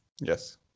Yes